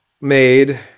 made